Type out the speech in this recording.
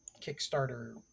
kickstarter